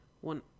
one